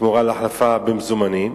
בתמורה להחלפה במזומנים,